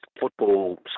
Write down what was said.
football